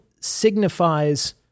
signifies